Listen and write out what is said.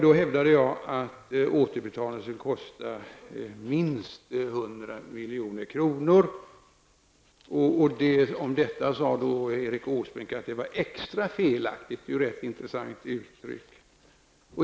Då hävdade jag att återbetalningen skulle kosta minst 100 milj.kr. Om detta sade statsrådet Åsbrink att det var extra felaktigt -- ett intressant uttryck.